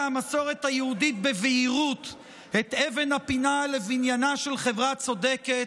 המסורת היהודית בבהירות את אבן הפינה לבניינה של חברה צודקת: